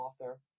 author